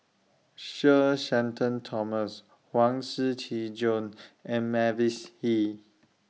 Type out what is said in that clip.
Sir Shenton Thomas Huang Shiqi Joan and Mavis Hee